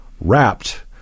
wrapped